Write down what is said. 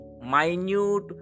minute